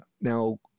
Now